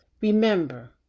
Remember